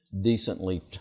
decently